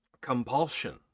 compulsion